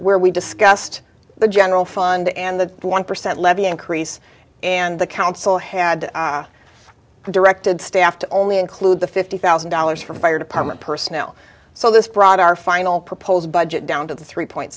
where we discussed the general fund and the one percent levy increase and the council had directed staff to only include the fifty thousand dollars from fire department personnel so this brought our final proposed budget down to three point